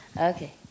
Okay